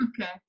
Okay